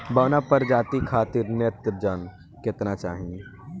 बौना प्रजाति खातिर नेत्रजन केतना चाही?